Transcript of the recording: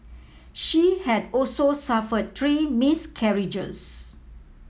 she had also suffered three miscarriages